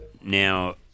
Now